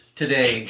today